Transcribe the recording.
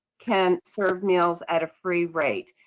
can serve meals at a free rate.